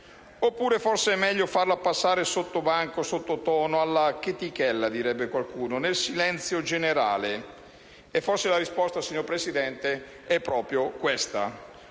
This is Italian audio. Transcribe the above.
o forse è meglio farlo passare sottobanco, sottotono, alla chetichella, come direbbe qualcuno, nel silenzio generale. E forse la risposta, signora Presidente, è proprio questa.